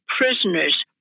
prisoners